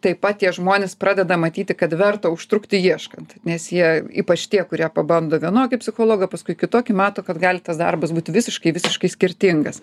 taip pat tie žmonės pradeda matyti kad verta užtrukti ieškant nes jie ypač tie kurie pabando vienokį psichologą paskui kitokį mato kad gali tas darbas būti visiškai visiškai skirtingas